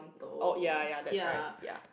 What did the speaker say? oh ya ya that's right ya